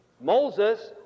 Moses